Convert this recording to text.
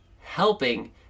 helping